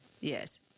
yes